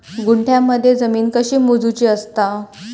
गुंठयामध्ये जमीन कशी मोजूची असता?